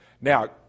Now